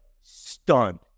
stunned